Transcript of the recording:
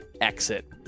exit